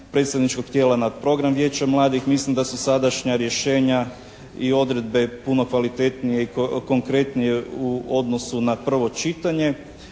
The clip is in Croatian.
predstavničkog tijela na program Vijeća mladih. Mislim da su sadašnja rješenja i odredbe puno kvalitetnije i konkretnije u odnosu na prvo čitanje